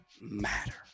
matter